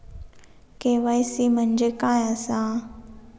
KYC म्हणजे काय आसा?